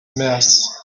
mess